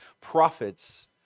prophets